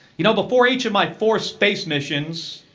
you know, before each of my four space missions,